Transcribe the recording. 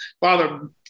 Father